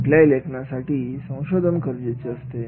कुठल्याही लेखनासाठी संशोधन गरजेचे असते